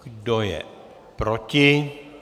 Kdo je proti?